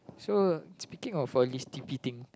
so speaking of all these t_p thing